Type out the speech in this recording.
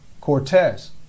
Cortez